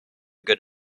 good